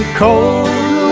cold